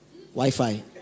Wi-Fi